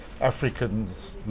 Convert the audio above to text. Africans